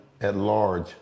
at-large